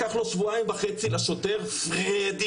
לקח לו שבועיים וחצי לשוטר פרדי,